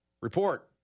Report